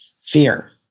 fear